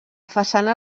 façana